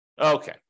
Okay